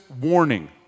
warning